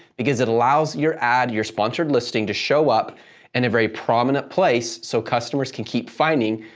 because it allows your ad, your sponsored listing, to show up in a very prominent place, so customers can keep finding,